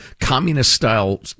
communist-style